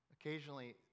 Occasionally